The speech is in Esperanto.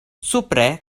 supre